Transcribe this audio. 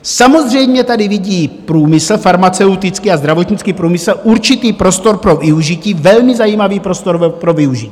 Samozřejmě tady vidí průmysl farmaceutický a zdravotnický průmysl určitý prostor pro využití, velmi zajímavý prostor pro využití.